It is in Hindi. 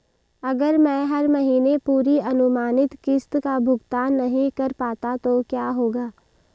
अगर मैं हर महीने पूरी अनुमानित किश्त का भुगतान नहीं कर पाता तो क्या होगा?